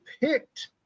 picked –